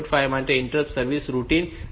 5 માટે interrupt service routine સ્થિત થશે